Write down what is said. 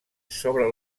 sobre